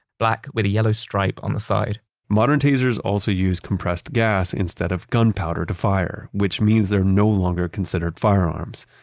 black with a yellow stripe on the side modern teasers also use compressed gas instead of gunpowder to fire, which means they're no longer considered firearms.